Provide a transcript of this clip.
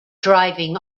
driving